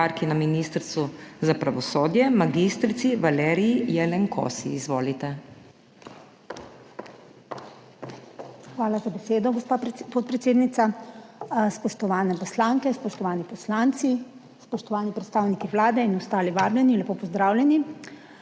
Hvala za besedo, gospa podpredsednica. Spoštovane poslanke, spoštovani poslanci, spoštovani predstavniki Vlade in ostali vabljeni, lepo pozdravljeni!